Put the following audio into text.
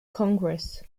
congress